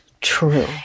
true